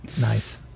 Nice